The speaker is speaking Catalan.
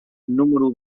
número